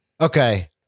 Okay